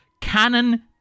Canon